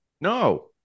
No